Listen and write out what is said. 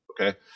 Okay